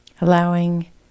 Allowing